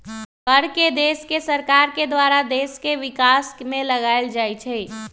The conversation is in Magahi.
कर के देश के सरकार के द्वारा देश के विकास में लगाएल जाइ छइ